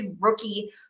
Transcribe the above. rookie